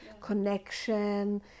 connection